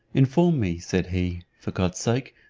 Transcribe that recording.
inform me, said he, for god's sake,